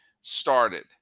started